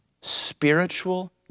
spiritual